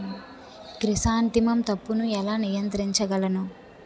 Chrysanthemum తప్పును ఎలా నియంత్రించగలను?